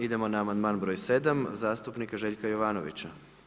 Idemo na amandman broj 7 zastupnika Željka Jovanovića.